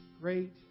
Great